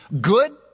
good